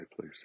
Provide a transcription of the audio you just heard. please